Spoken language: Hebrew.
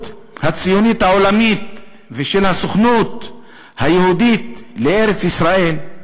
הציונית העולמית ושל הסוכנות היהודית לארץ-ישראל?